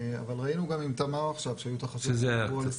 אבל ראינו גם עם תמר עכשיו ש- -- זה קשה